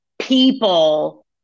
people